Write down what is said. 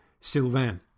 Sylvain